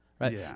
right